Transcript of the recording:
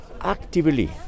actively